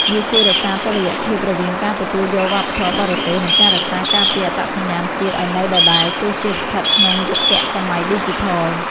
វាជួយរក្សាតុល្យភាពរវាងការទទួលយកវប្បធម៌បរទេស និងការរក្សាការពារអត្តសញ្ញាណជាតិឱ្យនៅដដែលទោះជាស្ថិតក្នុងយុគសម័យឌីជីថល។